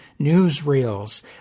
newsreels